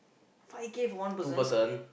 five K for one person